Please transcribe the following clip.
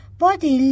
Body